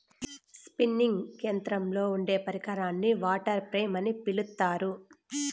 spinning యంత్రంలో ఉండే పరికరాన్ని వాటర్ ఫ్రేమ్ అని పిలుత్తారు